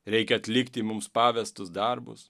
reikia atlikti mums pavestus darbus